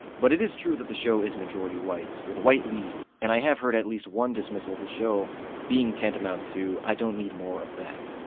but it is true that the show is majority white, with a white lead, and i have heard at least one dismissal of the show being tantamount to i don't need more of that.